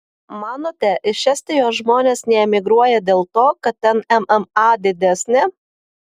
manote iš estijos žmonės neemigruoja dėl to kad ten mma didesnė